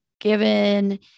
given